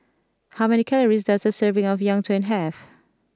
how many calories does a serving of Yuen Tang have